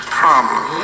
problem